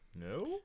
No